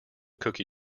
cookie